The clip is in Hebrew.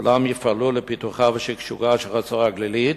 כולם יפעלו לפיתוחה ושגשוגה של חצור-הגלילית,